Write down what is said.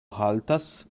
haltas